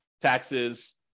taxes